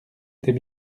était